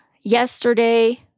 yesterday